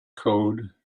code